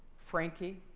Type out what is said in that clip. frankie.